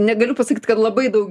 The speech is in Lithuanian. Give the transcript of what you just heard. negaliu pasakyt kad labai daug